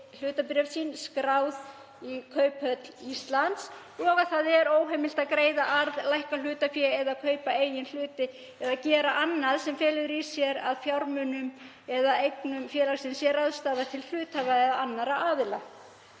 hlutabréf sín skráð í Kauphöll Íslands. Þá er óheimilt að greiða arð, lækka hlutafé eða kaupa eigin hluti eða gera annað sem felur í sér að fjármunum eða eignum félagsins sé ráðstafað til hluthafa eða annarra aðila.